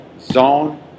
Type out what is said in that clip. zone